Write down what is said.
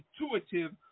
intuitive